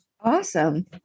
Awesome